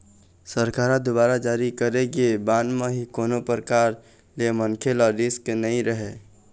सरकार दुवारा जारी करे गे बांड म ही कोनो परकार ले मनखे ल रिस्क नइ रहय